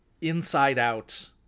inside-out